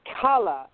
color